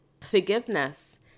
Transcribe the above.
Forgiveness